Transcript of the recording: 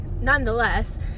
nonetheless